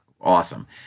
awesome